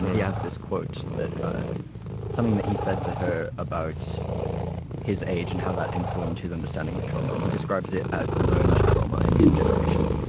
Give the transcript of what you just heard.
he has this quote that something that he said to her about his age and how that informed his understanding of trauma. and he describes it as learned trauma in his generation.